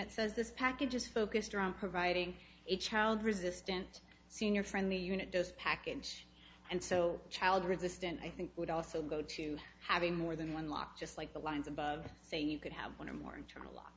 it says this package is focused around providing a child resistant senior friendly unit just package and so child resistant i think would also go to having more than one lock just like the ones above say you could have one or more internal l